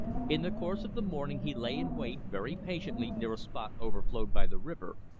in the course of the morning he lay in wait very patiently near a spot overflowed by the river,